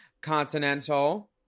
Continental